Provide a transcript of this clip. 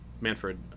manfred